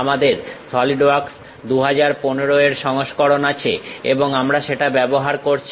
আমাদের SolidWorks 2015 এর সংস্করণ আছে এবং আমরা সেটা ব্যবহার করছি